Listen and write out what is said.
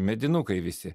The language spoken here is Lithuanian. medinukai visi